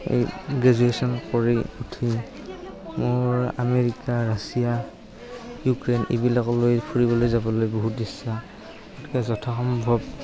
এই গ্ৰেজুৱেশ্যন কৰি উঠি মোৰ আমেৰিকা ৰাছিয়া ইউক্ৰেইন এইবিলাকলৈ ফুৰিবলৈ যাবলৈ বহুত ইচ্ছা গতিকে যথা সম্ভৱ